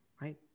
Right